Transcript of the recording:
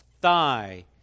thigh